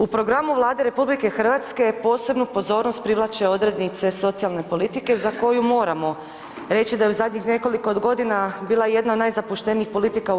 U programu Vlade RH posebnu pozornost privlače odrednice socijalne politike za koju moramo reći da je u zadnjih nekoliko godina bila jedna od najzapuštenijih politika u RH.